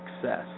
success